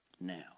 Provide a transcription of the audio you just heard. Now